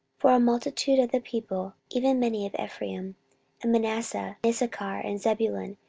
for a multitude of the people, even many of ephraim, and manasseh, issachar, and zebulun,